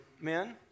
men